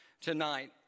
tonight